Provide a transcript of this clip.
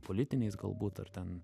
politiniais galbūt ar ten